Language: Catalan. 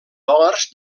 dòlars